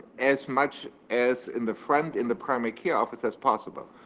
as much as in the front, in the primary care office, as possible.